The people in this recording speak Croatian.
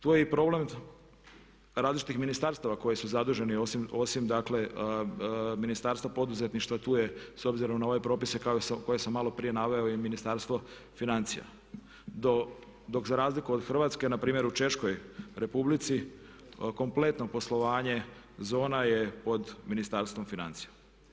Tu je i problem različitih ministarstava koja su zaduženi osim dakle Ministarstva poduzetništva tu je s obzirom na ove propise koje sam malo prije naveo je i Ministarstvo financija dok za razliku od Hrvatske npr. u Češkoj republici kompletno poslovanje zona je pod Ministarstvom financija.